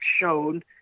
shown